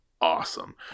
awesome